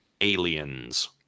Aliens